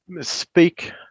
speak